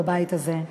בבית הזה.